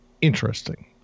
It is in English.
interesting